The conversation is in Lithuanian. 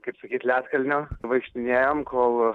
kaip sakyt ledkalnio vaikštinėjom kol